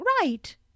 right